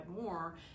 more